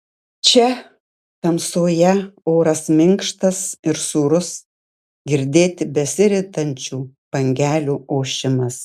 čia tamsoje oras minkštas ir sūrus girdėti besiritančių bangelių ošimas